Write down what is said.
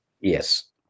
yes